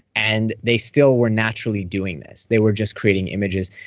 and they still were naturally doing this. they were just creating images.